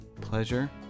pleasure